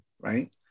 Right